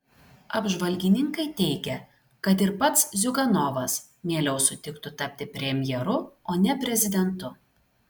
apžvalgininkai teigia kad ir pats ziuganovas mieliau sutiktų tapti premjeru o ne prezidentu